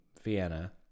vienna